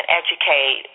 educate